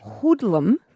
hoodlum